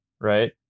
right